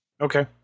Okay